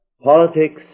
Politics